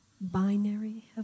binary